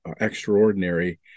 extraordinary